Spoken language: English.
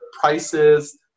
prices